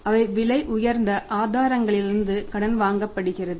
அவை விலை உயர்ந்த ஆதாரங்களிலிருந்து கடன் வாங்கப்படுகின்றன